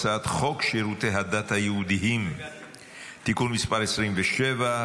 הצעת חוק שירותי הדת היהודיים (תיקון מס' 27),